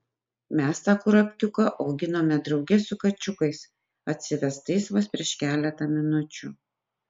mes tą kurapkiuką auginome drauge su kačiukais atsivestais vos prieš keletą minučių